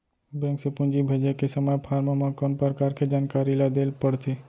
Bank से पूंजी भेजे के समय फॉर्म म कौन परकार के जानकारी ल दे ला पड़थे?